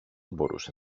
μπορούσε